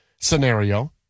scenario